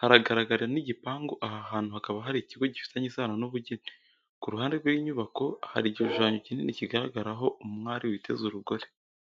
Haragaragara n’igipangu aha hantu hakaba har'ikigo gifitanye isano n’ubugeni. Ku ruhande rw’inyubako hari igishushanyo kinini kigaragaraho umwari wateze urugori.